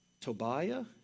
tobiah